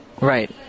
Right